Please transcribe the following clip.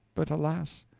but, alas!